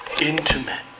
intimate